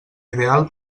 ideal